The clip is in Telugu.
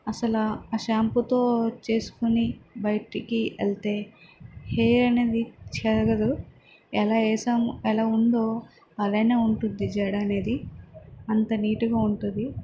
అసలా ఆ షాంపుతో చేసుకుని బయటికి వెళ్తే హెయిర్ అనేది చెరగదు ఎలా వేసాము ఎలా ఉందో అలానే ఉంటుంది జడ అనేది అంత నీట్గా ఉంటుంది